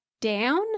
down